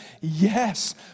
yes